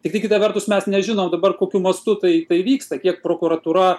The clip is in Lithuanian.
tiktai kita vertus mes nežinom dabar kokiu mastu tai tai vyksta kiek prokuratūra